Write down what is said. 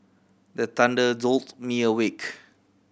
the thunder jolt me awake